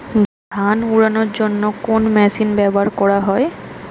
ধান উড়ানোর জন্য কোন মেশিন ব্যবহার করা হয়?